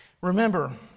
Remember